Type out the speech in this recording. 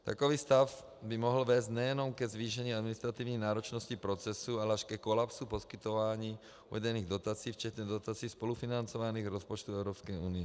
Takový stav by mohl vést nejenom ke zvýšení administrativní náročnosti procesu, ale až ke kolapsu poskytování uvedených dotací včetně dotací spolufinancovaných z rozpočtu Evropské unie.